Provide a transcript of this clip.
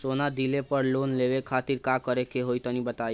सोना दिहले पर लोन लेवे खातिर का करे क होई तनि बताई?